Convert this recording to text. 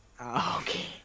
Okay